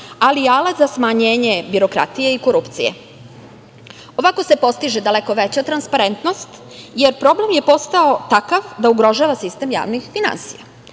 ali i alat za smanjenje birokratije i korupcije. Ovako se postiže daleko veća transparentnost, jer problem je postao takav da ugrožava sistem javnih finansija.